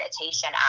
meditation